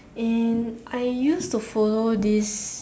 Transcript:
and I used to follow this